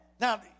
Now